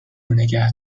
نگه